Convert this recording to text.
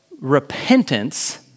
repentance